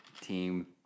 team